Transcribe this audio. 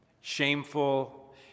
shameful